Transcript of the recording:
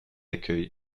d’accueil